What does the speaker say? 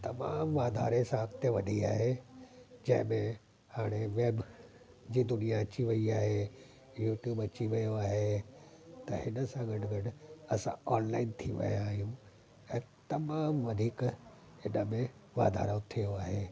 तमामु वाधारे सां अॻिते वधी आहे जंहिं में हाणे वैब जी दुनिया अची वई आहे यूट्यूब अची वयो आहे त हिन सां गॾु गॾु असां ऑनलाइन थी विया आहियूं ऐं तमामु वधीक हिन में वाधारो थियो आहे